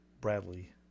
Bradley